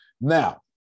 Now